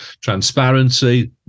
transparency